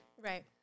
Right